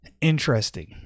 Interesting